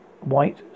white